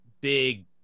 big